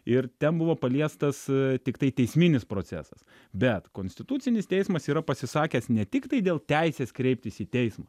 ir ten buvo paliestas tiktai teisminis procesas bet konstitucinis teismas yra pasisakęs ne tiktai dėl teisės kreiptis į teismą